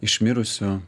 iš mirusių